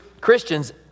Christians